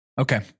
Okay